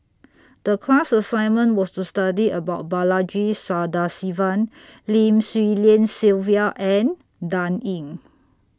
The class assignment was to study about Balaji Sadasivan Lim Swee Lian Sylvia and Dan Ying